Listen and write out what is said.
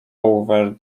over